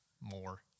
more